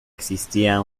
existía